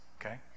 okay